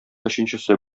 өченчесе